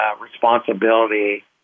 responsibility